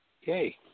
Yay